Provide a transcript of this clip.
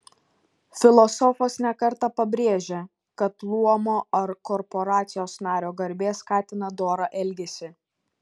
filosofas ne kartą pabrėžia kad luomo ar korporacijos nario garbė skatina dorą elgesį